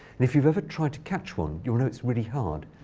and if you've ever tried to catch one, you'll know it's really hard.